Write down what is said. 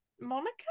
Monica